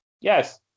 yes